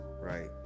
right